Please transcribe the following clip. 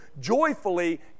joyfully